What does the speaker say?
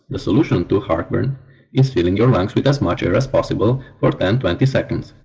the solution to heartburn is filling your lungs with as much air as possible for ten twenty seconds.